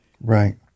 Right